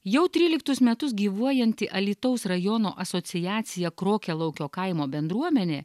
jau tryliktus metus gyvuojanti alytaus rajono asociacija krokialaukio kaimo bendruomenė